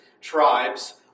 tribes